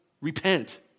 repent